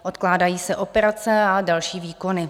Odkládají se operace a další výkony.